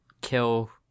kill